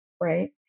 right